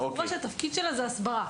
יש לנו בחורה שהתפקיד שלה זה הסברה.